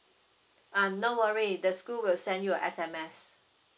um no worry the school will send you a S_M_S